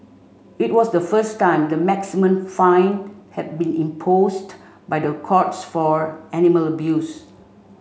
it was the first time the maximum fine had been imposed by the courts for animal abuse